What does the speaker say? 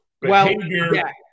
behavior